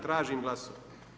Tražim glasovanje.